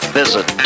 visit